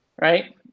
right